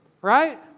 right